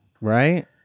Right